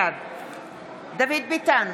בעד דוד ביטן,